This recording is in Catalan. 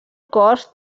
cost